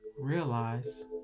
Realize